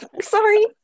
Sorry